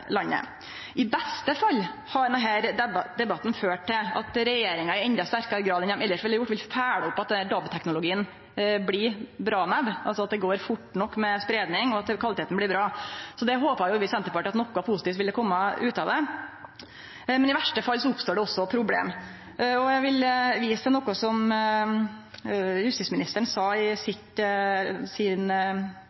landet. I beste fall har denne debatten ført til at regjeringa i endå sterkare grad enn dei elles ville gjort, vil følgje opp at DAB-teknologien blir bra nok, altså at det går fort nok med spreiing, og at kvaliteten blir bra. Vi i Senterpartiet håpar at noko positivt vil kome ut av det. Men i verste fall oppstår det også problem. Eg vil vise til noko som justisministeren sa – anten var det i